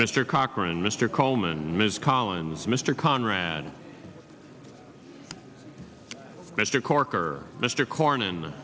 mr cochran mr coleman ms collins mr conrad mr corker mr corn and